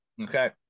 Okay